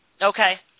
Okay